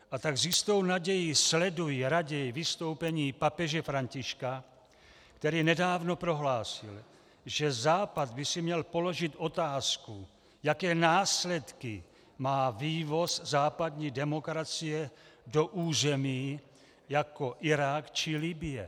A tak s jistou nadějí sleduji raději vystoupení papeže Františka, který nedávno prohlásil, že Západ by si měl položit otázku, jaké následky má vývoz západní demokracie do území jako Irák či Libye.